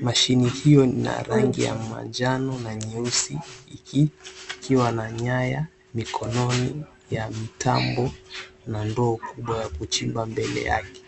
Mashini hiyo ina rangi ya manjano na nyeusi ikiwa na nyaya mikononi ya mitambo na ndoo kubwa ya kuchimba mbele yake.